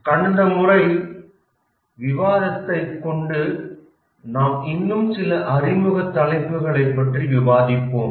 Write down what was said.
கடந்த முறை விவாதித்ததை கொண்டு நாம் இன்னும் சில அறிமுக தலைப்புகளைப் பற்றி விவாதிப்போம்